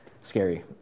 Scary